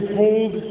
hold